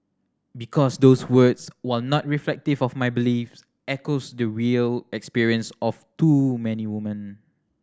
because those words while not reflective of my beliefs echos the real experience of too many woman